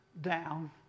down